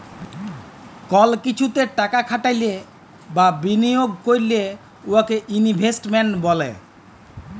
call কিছুতে টাকা খাটাইলে বা বিলিয়গ ক্যইরলে উয়াকে ইলভেস্টমেল্ট ব্যলে